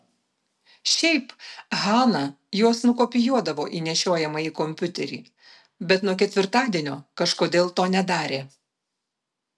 šiaip hana juos nukopijuodavo į nešiojamąjį kompiuterį bet nuo ketvirtadienio kažkodėl to nedarė